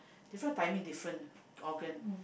different timing different organ